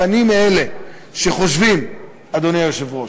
אני מאלה שחושבים, אדוני היושב-ראש,